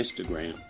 Instagram